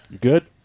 good